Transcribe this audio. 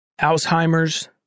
Alzheimer's